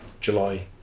July